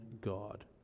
God